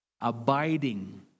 Abiding